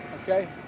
okay